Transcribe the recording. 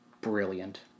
brilliant